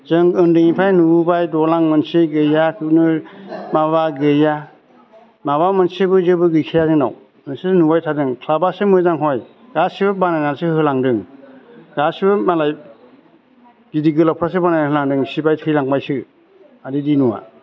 जों उन्दैनिफ्रायनो नुबोबाय दालां मोनसे गैया खुनु माबा गैया माबा मोनसेबो जेबो गैखाया जोंनाव नोंसोरो नुबाय थादों क्लाबासो मोजां हय गासिबो बानायनानैसो होलांदों गासिबो मालाय गिदिर गोलावफ्रासो बानायनानै होलांदों सिबाय थैलांबायसो आदै दिन'आ